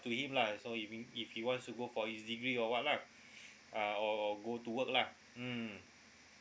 to him lah so if he if he wants to go for his degree or what lah uh or or go to work lah mm